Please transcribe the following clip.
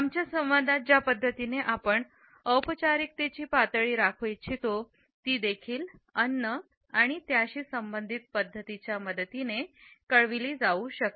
आमच्या संवादात ज्या पद्धतीने आपण औपचारिकतेची पातळी राखू इच्छितो ती देखील अन्न आणि त्याशी संबंधित पद्धतींच्या मदतीने कळविले जाऊ शकते